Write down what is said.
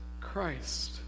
Christ